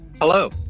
Hello